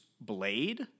Blade